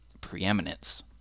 preeminence